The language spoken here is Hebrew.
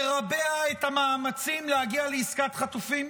לרבע את המאמצים להגיע לעסקת חטופים?